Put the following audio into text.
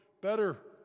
Better